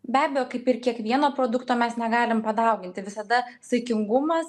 be abejo kaip ir kiekvieno produkto mes negalim padauginti visada saikingumas